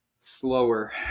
slower